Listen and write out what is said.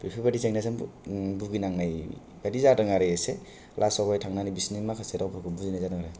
बेफोर बायदि जेंनाजों बु बुगिनांनाय बायदि जादों आरो एसे लासआव थांनानै बिसिनि माखासे रावफोरखौ बुजिनाय जादों आरो